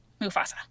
Mufasa